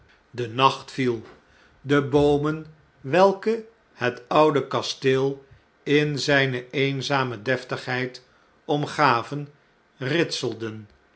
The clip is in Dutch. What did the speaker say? de naclit viel de boomen welke net oude kasteel in zjjne eenzame deftigheid omgaven ritselden